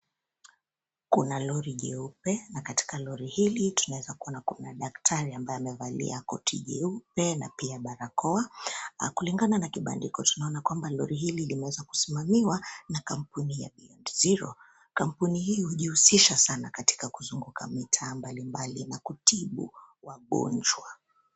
Kuna lori jeupe na katika lori hili tunaweza kuona daktari ambaye amevalia koti jeupe na pia barakoa. Kulingana na kibandiko tunaona kwamba lori hili limeweza kusimamiwa na kampuni ya Beyond Zero. Kampuni hii hujihusisha sana katika kuzunguka mitaa mbali mbali na kutibu wagonjwa.